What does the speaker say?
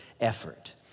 effort